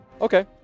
Okay